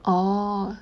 orh